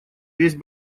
весь